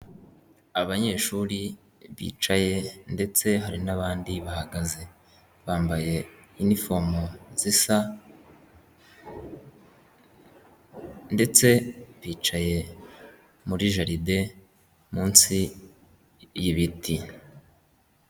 Abanyeshuri bicaye ndetse hari n'abandi bahagaze, bambaye inifomo zisa ndetse bicaye muri jaride munsi y'ibiti.